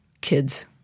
kids